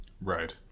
Right